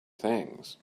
things